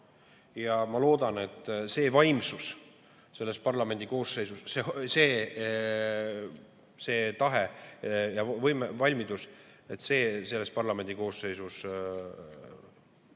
Ma loodan, et see vaimsus selles parlamendikoosseisus, see tahe ja valmidus selles parlamendikoosseisus